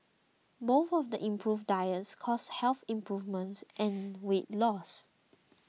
both of the improved diets caused health improvements and weight loss